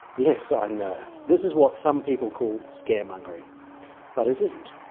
yes, i know. this is what some people call scaremongering but it isn't.